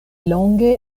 longe